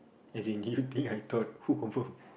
as in you think I thought who confirm